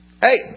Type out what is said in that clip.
Hey